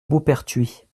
beauperthuis